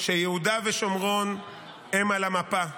שיהודה ושומרון הם על המפה.